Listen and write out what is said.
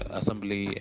assembly